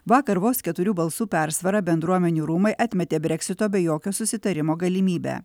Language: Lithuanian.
vakar vos keturių balsų persvara bendruomenių rūmai atmetė breksito be jokio susitarimo galimybę